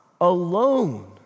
alone